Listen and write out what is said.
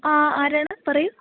ആ ആരാണ് പറയൂ